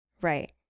Right